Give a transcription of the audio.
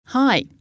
Hi